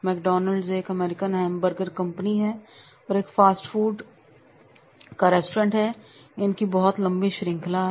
McDonald एक American hamburger company है और एक फास्ट फूड का रेस्टोरेंट है इनकी बहुत लंबी श्रृंखला है